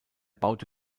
baute